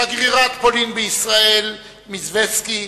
שגרירת פולין בישראל הגברת מיזווסקי,